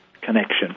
connection